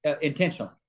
intentionally